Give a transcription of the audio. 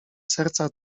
serca